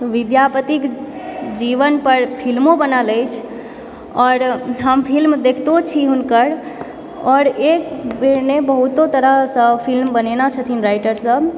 विद्यापतिक जीवन पर फिल्मो बनल अछि आओर हम फिल्म देखितो छी हुनकर आओर एक बेर नहि बहुतो तरहसँ फिल्म बनयने छथिन राइटरसभ